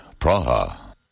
Praha